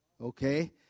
okay